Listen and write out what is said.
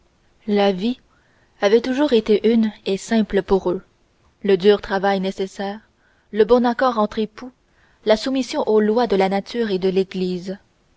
la vie avait toujours été une et simple pour eux le dur travail nécessaire le bon accord entre époux la soumission aux lois de la nature et de l'église